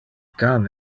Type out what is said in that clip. can